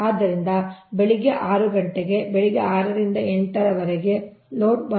ಆದ್ದರಿಂದ ಬೆಳಿಗ್ಗೆ 6 ಗಂಟೆಗೆ ಬೆಳಿಗ್ಗೆ 6 ರಿಂದ 8 ರವರೆಗೆ ಲೋಡ್ 1